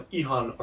ihan